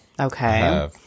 Okay